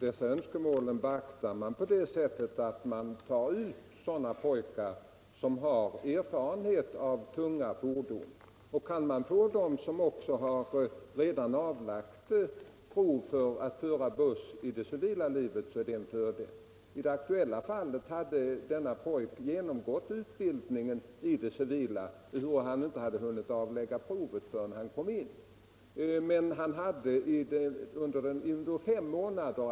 I Sverige gäller en generös lagstiftning beträffande pornografiska tryckalster. Under senare tid har uppmärksammats att pornografiska tryckalster med barn som huvudagerande distribueras i Sverige. Barn exploateras där på ett upprörande sätt som sexualobjekt. Det förekommer t.ex. foton med samlag mellan vuxna och barn.